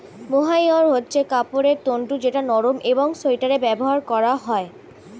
mohair হচ্ছে কাপড়ের তন্তু যেটা নরম একং সোয়াটারে ব্যবহার করা হয়